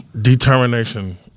Determination